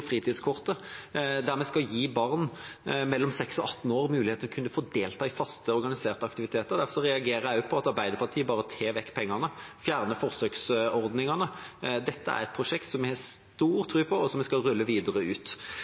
fritidskortet, der vi skal gi barn mellom 6 og 18 år mulighet til å kunne få delta i faste, organiserte aktiviteter. Derfor reagerer jeg på at Arbeiderpartiet bare tar vekk pengene, fjerner forsøksordningene. Dette er et prosjekt som vi har stor tro på, og som vi skal rulle videre ut.